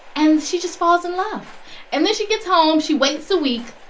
and she just falls in love and then she gets home. she waits a week.